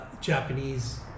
Japanese